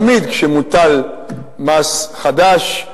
כשמוטל מס חדש,